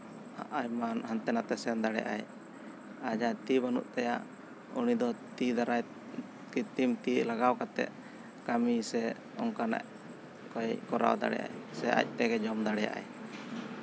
ᱟᱭᱢᱟ ᱦᱟᱱᱛᱮ ᱱᱟᱛᱮ ᱥᱮᱱ ᱫᱟᱲᱮᱭᱟᱜ ᱟᱭ ᱟᱨ ᱡᱟᱦᱟᱸᱭᱟᱜ ᱛᱤ ᱵᱟᱹᱱᱩᱜ ᱛᱟᱭᱟ ᱩᱱᱤ ᱫᱚ ᱛᱤ ᱫᱟᱨᱟᱭᱛᱮ ᱠᱤᱛᱛᱤᱢ ᱛᱤ ᱞᱟᱜᱟᱣ ᱠᱟᱛᱮᱫ ᱠᱟᱹᱢᱤ ᱥᱮ ᱚᱱᱠᱟᱱᱟᱜ ᱠᱚᱭ ᱠᱚᱨᱟᱣ ᱫᱟᱲᱮᱭᱟᱜ ᱟᱭ ᱥᱮ ᱟᱡ ᱛᱮᱜᱮ ᱡᱚᱢ ᱫᱟᱲᱮᱭᱟᱜ ᱟᱭ